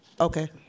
Okay